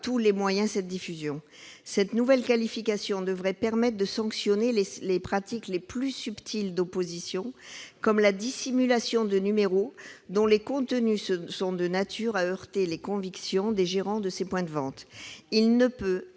tous moyens » cette diffusion. Cette nouvelle qualification devrait permettre de sanctionner les pratiques les plus subtiles d'opposition, comme la dissimulation de numéros dont les contenus sont de nature à heurter les convictions des gérants de ces points de vente. II ne peut